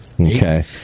Okay